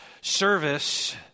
service